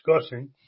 discussing